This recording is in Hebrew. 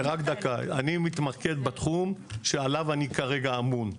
רק דקה, אני מתמקד בתחום שעליו אני כרגע אמון.